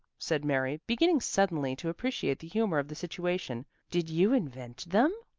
said mary, beginning suddenly to appreciate the humor of the situation. did you invent them?